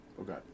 Okay